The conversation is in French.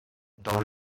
dans